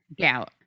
gout